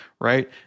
right